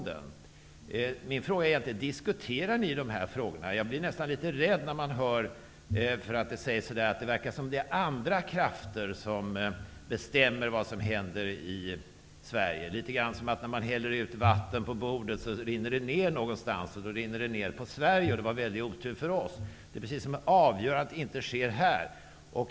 Diskuterar ni dessa frågor i regeringen? Jag blir nästan litet rädd, eftersom man hör att det är andra krafter som bestämmer vad som händer i Sverige. Det är litet grand som när man häller ut vatten på bordet så rinner det ned någonstans, och då rinner det ned på Sverige. Och det var en väldig otur för oss. Det är precis som om det avgör att det inte sker här.